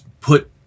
put